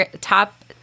top